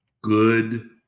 good